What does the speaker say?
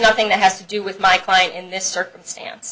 nothing that has to do with my client in this circumstance